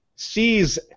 sees